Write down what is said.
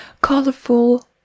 colorful